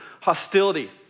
hostility